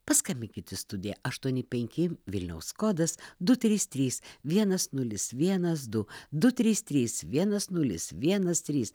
paskambinkit į studiją aštuoni penki vilniaus kodas du trys trys vienas nulis vienas du du trys trys vienas nulis vienas trys